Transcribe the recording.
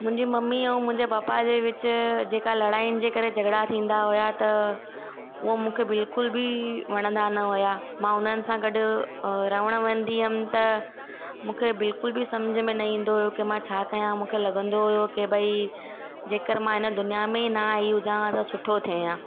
मुंहिंजे मम्मी ऐं मुंहिंजे पापा जे विच जेका लड़ाइनि जे करे झगड़ा थींदा हुया त उहो मूंखे बिल्कुल बि वणंदा न हुया मां हुननि सां गॾु रहणु वेंदी हुअमि त मूंखे बिल्कुल बि सम्झि में न ईंदो हुयो के मां छा कयां मूंखे लॻंदो हुयो के भई जेकरि मां इन दुनियां में न आई हुजा हां त सुठो थे हां